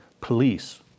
police